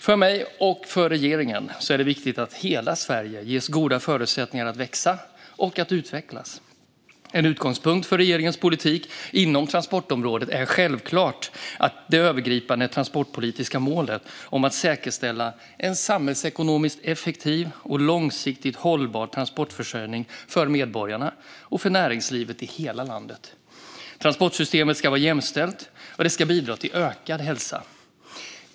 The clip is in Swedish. För mig och regeringen är det viktigt att hela Sverige ges goda förutsättningar att växa och utvecklas. En utgångspunkt för regeringens politik inom transportområdet är självklart det övergripande transportpolitiska målet om att säkerställa en samhällsekonomiskt effektiv och långsiktigt hållbar transportförsörjning för medborgarna och näringslivet i hela landet. Transportsystemet ska vara jämställt, och det ska bidra till ökad hälsa.